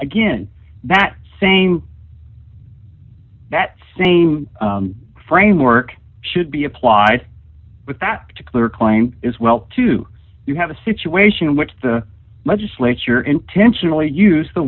again that same that same framework should be applied with that particular client is well too you have a situation in which the legislature intentionally use the